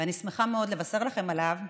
ואני שמחה מאד לבשר לכם עליו,